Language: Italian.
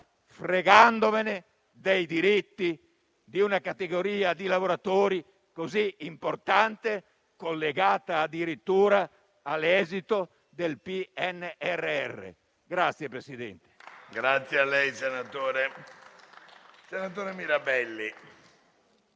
fregandovene dei diritti di una categoria di lavoratori così importante, collegata addirittura all'esito del PNRR.